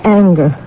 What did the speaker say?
anger